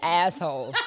asshole